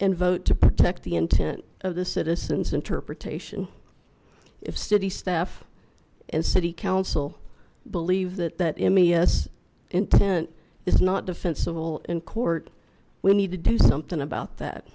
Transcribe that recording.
and vote to protect the intent of the citizens interpretation if city staff and city council believe that that mes intent is not defensible in court we need to do something about that